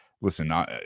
listen